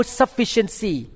sufficiency